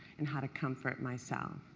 and how to comfort myself.